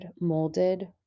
molded